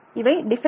இவை டிஃபரன்ஸ்